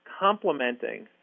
complementing